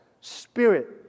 Spirit